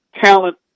talent